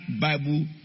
Bible